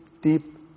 deep